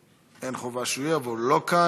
אין חובה שהוא יהיה, אבל הוא לא כאן.